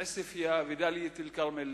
עוספיא ודאלית-אל-כרמל,